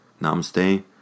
namaste